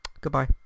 Goodbye